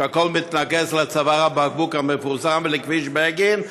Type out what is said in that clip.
שהכול מתנקז לצוואר הבקבוק המפורסם ולכביש בגין?